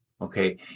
okay